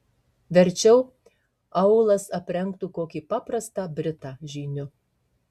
verčiau aulas aprengtų kokį paprastą britą žyniu